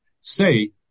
say